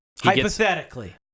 Hypothetically